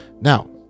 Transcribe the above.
Now